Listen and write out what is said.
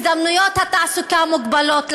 הזדמנויות התעסוקה מוגבלות,